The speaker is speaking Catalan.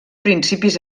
principis